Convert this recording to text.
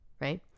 right